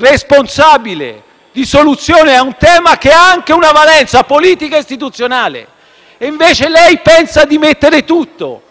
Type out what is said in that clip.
responsabile di soluzione su un tema che ha anche una valenza politica e istituzionale. Invece lei, Presidente, pensa di mettere tutto